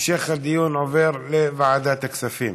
המשך הדיון עובר לוועדת הכספים.